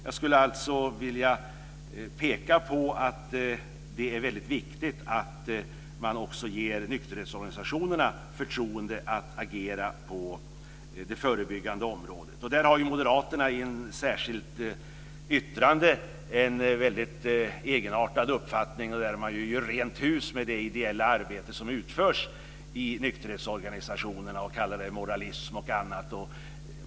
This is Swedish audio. Jag skulle alltså vilja peka på att det är väldigt viktigt att man också ger nykterhetsorganisationerna förtroende att agera på det förebyggande området. Moderaterna har i ett särskilt yttrande en väldigt egenartad uppfattning, där man gör rent hus med det ideella arbete som utförs i nykterhetsorganisationerna och kallar det moralism och annat.